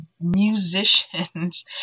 musicians